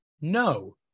no